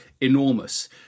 enormous